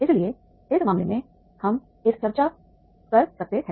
इसलिए इस मामले में हम इस पर चर्चा कर सकते हैं